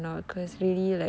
mm